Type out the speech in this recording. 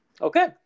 Okay